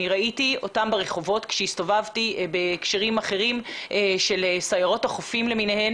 אני ראיתי אותם ברחובות כשהסתובבתי בהקשרים אחרים של סיירות החופים למיניהן